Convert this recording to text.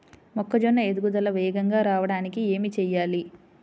మొక్కజోన్న ఎదుగుదల వేగంగా రావడానికి ఏమి చెయ్యాలి?